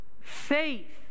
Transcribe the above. faith